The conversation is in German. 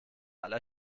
aller